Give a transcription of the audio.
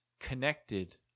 connected